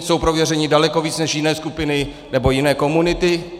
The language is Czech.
Jsou prověření daleko víc než jiné skupiny nebo jiné komunity.